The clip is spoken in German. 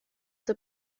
der